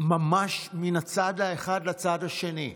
בשנה וחצי ממש מן הצד האחד לצד השני.